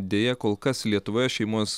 deja kol kas lietuvoje šeimos